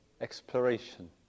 exploration